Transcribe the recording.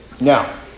Now